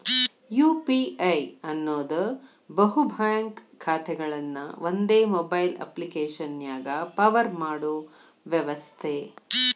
UPI ಅನ್ನೋದ್ ಬಹು bank ಖಾತೆಗಳನ್ನ ಒಂದೇ ಮೊಬೈಲ್ ಅಪ್ಪ್ಲಿಕೆಶನ್ಯಾಗ ಪವರ್ ಮಾಡೋ ವ್ಯವಸ್ಥೆ